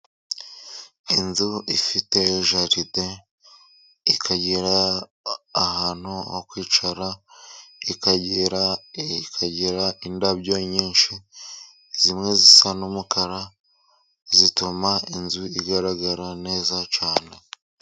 Inzu ifite jaride, ikagera ahantu ho kwicara, ikagera, ikagira indabyo nyinshi, zimwe zisa n'umukara, zituma inzu igaragara neza cyane.